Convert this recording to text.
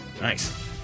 Nice